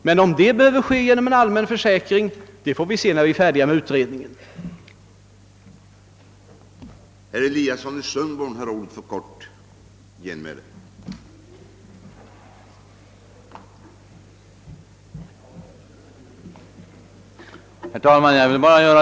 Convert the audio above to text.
Men om det skall ske genom allmän sysselsättningsförsäkring, det får vi se när vi är färdiga med utredningsarbetet.